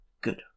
Good